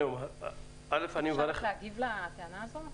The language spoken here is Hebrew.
אפשר להגיב לטענה הזאת?